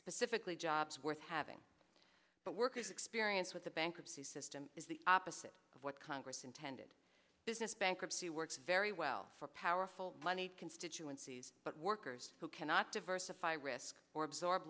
specifically jobs worth having but workers experience with the bankruptcy system is the opposite of what congress intended business bankruptcy works very well for powerful moneyed constituencies but workers who cannot diversify risk or absorb